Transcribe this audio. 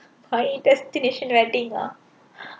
I destination wedding ah